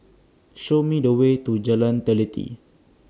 Show Me The Way to Jalan Teliti